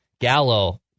Gallo